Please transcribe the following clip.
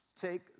take